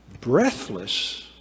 breathless